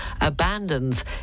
abandons